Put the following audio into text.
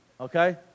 Okay